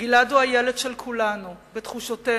גלעד הוא הילד של כולנו בתחושותינו,